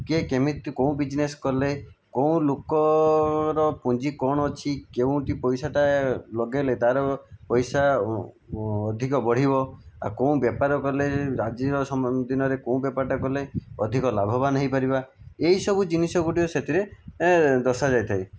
କିଏ କେମିତି କେଉଁ ବିଜିନେସ୍ କଲେ କୋଉ ଲୋକର ପୁଞ୍ଜି କଣ ଅଛି କେଉଁଟି ପଇସାଟା ଲଗାଇଲେ ତା'ର ପଇସା ଅଧିକ ବଢ଼ିବ ଆଉ କେଉଁ ବେପାର କଲେ ଆଜିର ଦିନରେ କେଉଁ ବେପାରଟା କଲେ ଅଧିକ ଲାଭବାନ ହୋଇପାରିବ ଏହି ସବୁ ଜିନିଷ ଗୁଡ଼ିକ ସେଥିରେ ଦର୍ଶାଯାଇଥାଏ